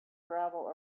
gravel